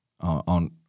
on